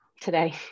today